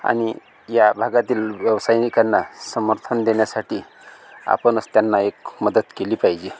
आणि या भागातील व्यावसायिकांना समर्थन देण्यासाठी आपणच त्यांना एक मदत केली पाहिजे